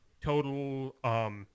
total –